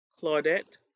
Claudette